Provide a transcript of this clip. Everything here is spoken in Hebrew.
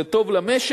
זה טוב למשק,